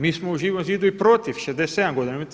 Mi smo u Živom zidu i protiv 67 godina.